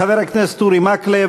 חבר הכנסת אורי מקלב,